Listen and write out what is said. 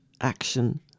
Action